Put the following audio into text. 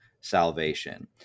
salvation